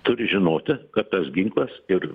turi žinoti kad tas ginklas ir